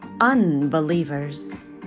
unbelievers